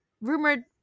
rumored